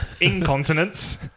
Incontinence